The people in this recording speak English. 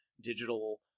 digital